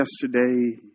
yesterday